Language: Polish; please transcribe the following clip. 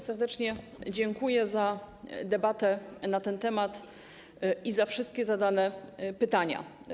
Serdecznie dziękuję za debatę na ten temat i za wszystkie zadane pytania.